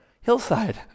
Hillside